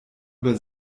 über